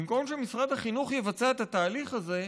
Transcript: במקום שמשרד החינוך יבצע את התהליך הזה,